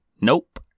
Nope